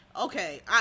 okay